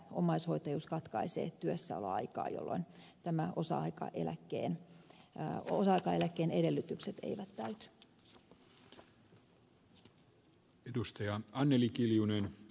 omaishoitajuus katkaisee työssäoloaikaa jolloin osa aikaeläkkeen edellytykset eivät täyty